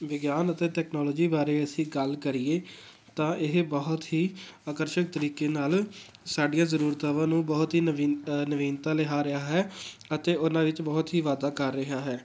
ਵਿਗਿਆਨ ਅਤੇ ਤੈਕਨੋਲੋਜੀ ਬਾਰੇ ਅਸੀਂ ਗੱਲ ਕਰੀਏ ਤਾਂ ਇਹ ਬਹੁਤ ਹੀ ਆਕਰਸ਼ਕ ਤਰੀਕੇ ਨਾਲ਼ ਸਾਡੀਆਂ ਜ਼ਰੂਰਤਾਵਾਂ ਨੂੰ ਬਹੁਤ ਹੀ ਨਵੀ ਨਵੀਨਤਾ ਲਿਆ ਰਿਹਾ ਹੈ ਅਤੇ ਉਹਨਾਂ ਵਿੱਚ ਬਹੁਤ ਹੀ ਵਾਧਾ ਕਰ ਰਿਹਾ ਹੈ